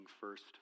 first